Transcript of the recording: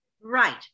Right